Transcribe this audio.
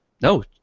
no